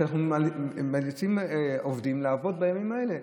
שאנחנו מאלצים עובדים לעבוד בימים האלה.